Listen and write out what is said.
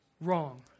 wrong